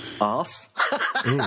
ass